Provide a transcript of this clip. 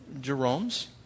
Jerome's